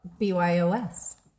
BYOS